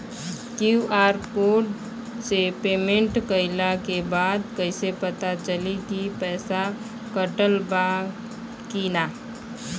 QR code से payment कईला के बाद कईसे पता चली की पैसा कटल की ना?